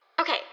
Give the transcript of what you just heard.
Okay